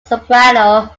soprano